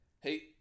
hey